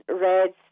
reds